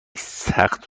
سخت